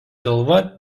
galva